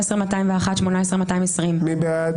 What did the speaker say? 17,881 עד 17,900. מי בעד?